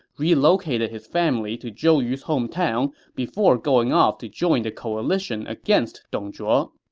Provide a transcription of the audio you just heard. relocated his family to zhou yu's hometown before going off to join the coalition against dong zhuo.